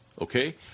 Okay